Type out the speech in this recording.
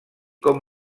com